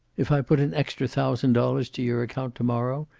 if i put an extra thousand dollars to your account to-morrow,